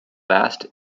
vast